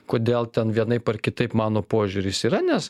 kodėl ten vienaip ar kitaip mano požiūris yra nes